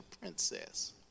princess